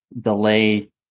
delay